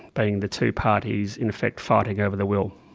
being the two parties in effect fighting over the will.